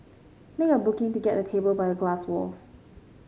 make a booking to get a table by a glass walls